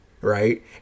right